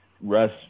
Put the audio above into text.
Russ